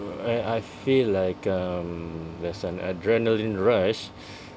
where I feel like um there's an adrenaline rush